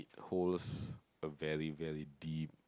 hold a very very deep